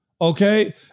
Okay